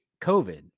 COVID